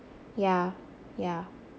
yeah yeah